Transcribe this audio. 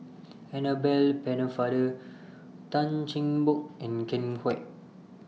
Annabel Pennefather Tan Cheng Bock and Ken Kwek